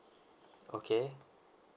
okay